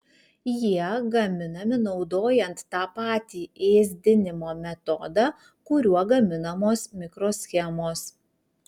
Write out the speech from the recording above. jie gaminami naudojant tą patį ėsdinimo metodą kuriuo gaminamos mikroschemos